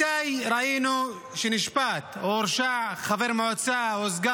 מתי ראינו שנשפט או הורשע חבר מועצה או סגן